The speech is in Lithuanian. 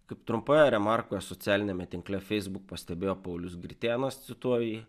kaip trumpoje remarkoje socialiniame tinkle facebook pastebėjo paulius gritėnas cituoju jį